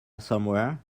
somewhere